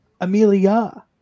Amelia